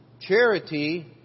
Charity